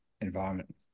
environment